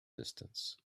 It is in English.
distance